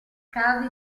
cave